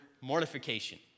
mortification